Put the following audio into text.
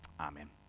Amen